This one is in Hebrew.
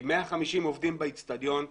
עם 150 עובדים באצטדיון,